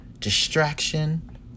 distraction